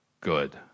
good